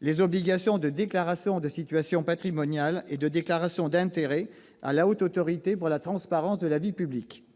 les obligations de déclaration de situation patrimoniale et de déclaration d'intérêts à la Haute Autorité pour la transparence de la vie publique.